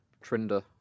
Trinder